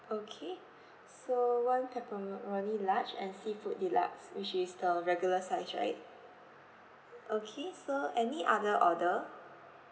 okay so one pepperoni large and seafood deluxe which is the regular size right okay so any other order